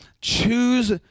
choose